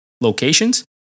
locations